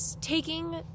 taking